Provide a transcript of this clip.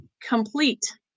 complete